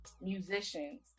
musicians